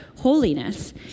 holiness